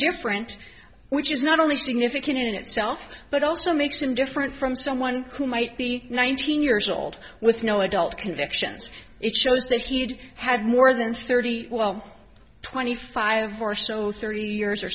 different which is not only significant in itself but also makes him different from someone who might be nineteen years old with no adult convictions it shows that he'd had more than thirty well twenty five or so thirty years or